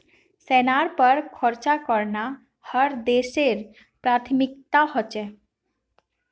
सेनार पर खर्च करना हर देशेर प्राथमिकता ह छेक